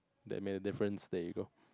that made a difference there you go